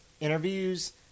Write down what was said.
interviews